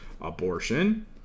abortion